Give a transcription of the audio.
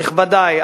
נכבדי,